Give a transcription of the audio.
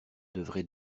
devrait